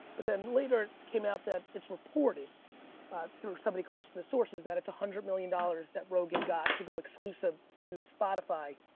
but then later it came out that it's reported through somebody close to the sources that it's a hundred million dollars that rogan got to go exclusive to spotify.